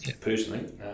personally